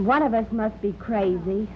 one of us must be crazy